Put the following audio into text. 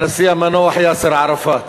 הנשיא המנוח יאסר ערפאת.